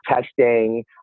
testing